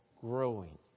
growing